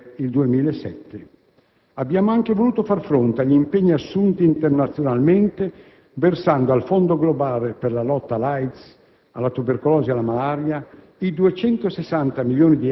portandoli a 700 milioni di euro per il 2007. Abbiamo anche voluto far fronte agli impegni assunti internazionalmente, versando al Fondo globale per la lotta all'AIDS,